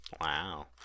Wow